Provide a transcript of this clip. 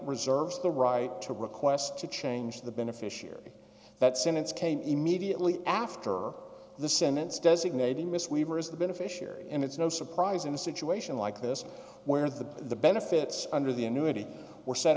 reserves the right to request to change the beneficiary that sentence came immediately after the sentence designating miss weaver is the beneficiary and it's no surprise in a situation like this where the benefits under the annuity were set